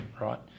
right